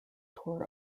tour